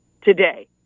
today